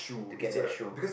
to get that shoe